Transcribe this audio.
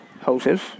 houses